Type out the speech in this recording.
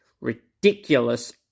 ridiculous